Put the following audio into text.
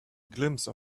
glimpse